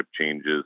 changes